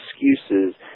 excuses